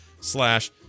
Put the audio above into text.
slash